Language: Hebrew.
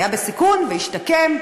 היה בסיכון והשתקם,